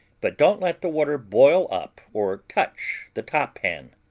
but don't let the water boil up or touch the top pan.